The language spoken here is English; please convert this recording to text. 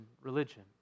religion